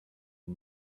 are